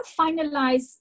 finalize